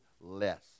less